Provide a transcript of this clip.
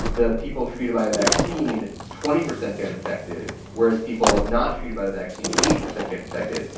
the people treated by a vaccine, twenty percent get infected, whereas people not treated by the vaccine, eighty percent get infected,